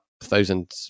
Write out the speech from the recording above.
thousand